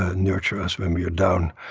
ah nurture us when we are down,